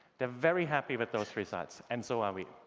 they're very happy with those results, and so are we.